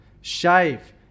shave